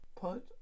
put